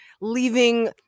leaving